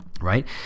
right